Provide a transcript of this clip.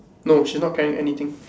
no she's not carrying anything